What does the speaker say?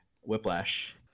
Whiplash